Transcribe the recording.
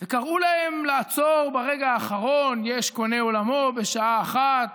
וקראו להם לעצור ברגע האחרון: יש קונה עולמו בשעה אחת.